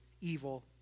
evil